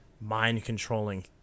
mind-controlling